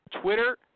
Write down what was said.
Twitter